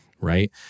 right